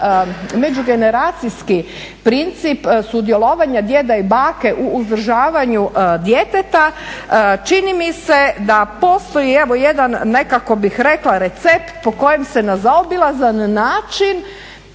međugeneracijski princip sudjelovanja djeda i bake u uzdržavanju djeteta čini mi se da postoji, evo jedan nekako bih rekla recept po kojem se na zaobilazan način